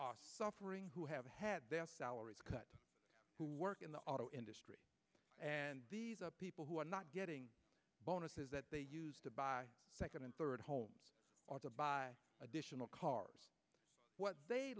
are suffering who have had their salaries cut who work in the auto industry people who are not getting bonuses that they used to buy second and third home or to buy additional cars what they